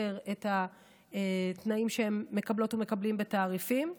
את התנאים שהם מקבלות ומקבלים בתעריפים.